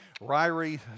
Ryrie